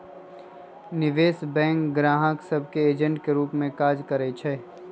निवेश बैंक गाहक सभ के एजेंट के रूप में काज करइ छै